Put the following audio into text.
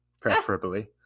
preferably